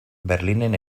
berlinen